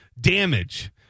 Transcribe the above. damage